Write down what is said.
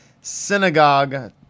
Synagogue